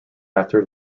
after